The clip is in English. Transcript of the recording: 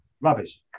rubbish